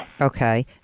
Okay